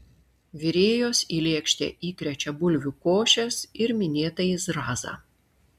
virėjos į lėkštę įkrečia bulvių košės ir minėtąjį zrazą